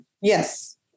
yes